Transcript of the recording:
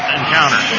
encounter